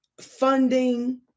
funding